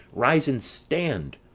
rise and stand!